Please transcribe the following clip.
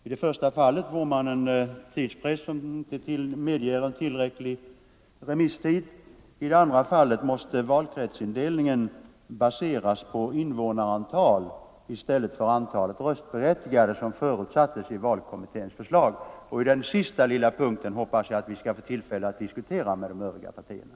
I det första fallet får man en tidspress som inte medger en tillräcklig remisstid. I det andra fallet måste valkretsindelningen baseras på invånarantal i stället för på antalet röstberättigade, vilket förutsattes i valkommitténs förslag. Den sista lilla punkten hoppas jag att vi skall få tillfälle att diskutera med de övriga partierna.